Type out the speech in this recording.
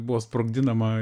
buvo sprogdinama